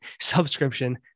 subscription